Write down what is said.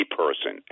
person